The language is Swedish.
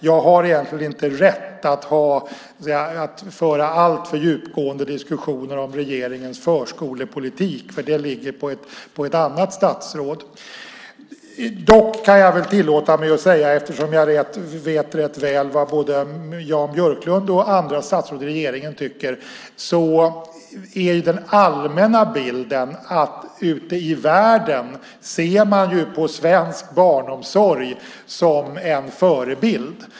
Jag har egentligen inte rätt att föra alltför djupgående diskussioner om regeringens förskolepolitik, eftersom det ligger på ett annat statsråd. Dock kan jag tillåta mig att säga något, eftersom jag vet rätt väl vad både Jan Björklund och andra statsråd i regeringen tycker. Den allmänna bilden är att man ute i världen ser på svensk barnomsorg som en förebild.